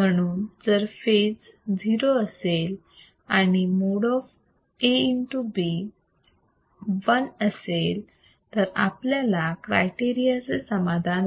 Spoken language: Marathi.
म्हणून जर फेज 0 असेल आणि mode of A into β 1 असेल तर आपल्या क्रायटेरिया चे इथे समाधान होते